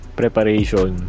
preparation